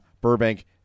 Burbank